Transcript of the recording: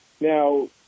now